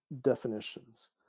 definitions